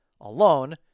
alone